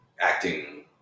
acting